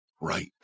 right